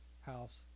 house